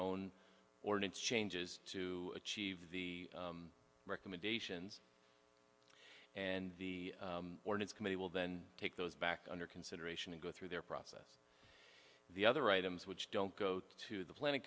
own ordinance changes to achieve the recommendations and the committee will then take those back under consideration and go through their process the other items which don't go to the plan